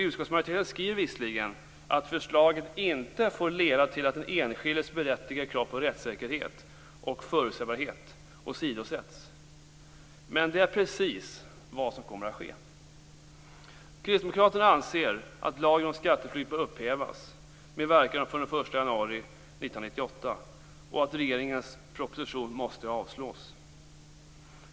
Utskottsmajoriteten skriver visserligen att förslaget inte får leda till att den enskildes berättigade krav på rättssäkerhet och förutsebarhet åsidosätts. Men det är precis vad som kommer att ske. Kristdemokraterna anser att lagen om skatteflykt bör upphävas, med verkan från den 1 januari 1998, och att regeringens proposition måste avslås.